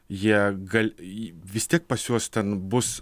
jie gal vis tiek pas juos ten bus